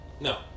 No